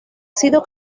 sido